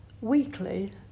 weekly